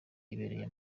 yibereye